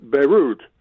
Beirut